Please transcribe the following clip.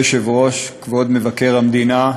אדוני היושב-ראש, כבוד מבקר המדינה,